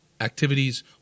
activities